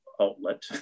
outlet